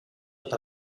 eta